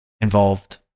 involved